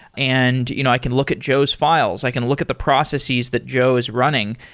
and you know i can look at jo's files. i can look at the processes that jo is running.